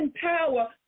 power